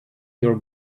your